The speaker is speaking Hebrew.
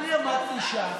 אני עמדתי שם